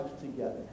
together